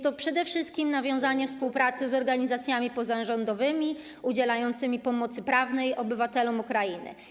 Chodzi przede wszystkim o nawiązanie współpracy z organizacjami pozarządowymi udzielającymi pomocy prawnej obywatelom Ukrainy.